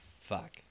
fuck